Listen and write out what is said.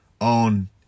on